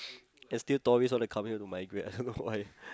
and still tourists wanna come in to migrate I don't know why